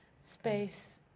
space